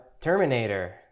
Terminator